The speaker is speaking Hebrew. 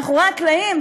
מאחורי הקלעים,